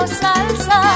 salsa